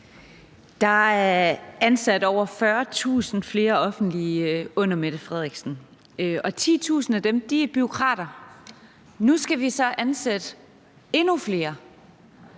Der er ansat over 40.000 flere offentligt ansatte under regeringen Mette Frederiksen, og 10.000 af dem er bureaukrater. Nu skal vi så ansætte endnu flere.